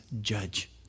judge